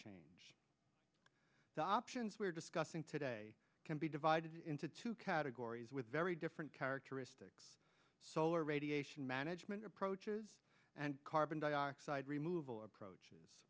change the options we're discussing today can be divided into two categories with very different characteristics solar radiation management approaches and carbon dioxide removal approaches